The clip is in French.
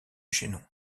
chaînon